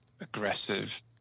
aggressive